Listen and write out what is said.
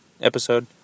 episode